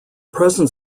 present